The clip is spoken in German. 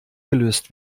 gelöst